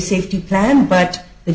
safety plan but the